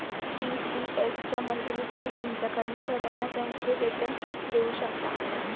ECS च्या मदतीने तुम्ही तुमच्या कर्मचाऱ्यांना त्यांचे वेतन देऊ शकता